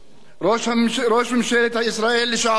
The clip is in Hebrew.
ראש ממשלת ישראל לשעבר,